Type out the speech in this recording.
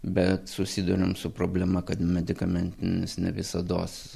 bet susiduriam su problema kad medikamentinis ne visados